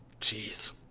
jeez